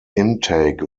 intake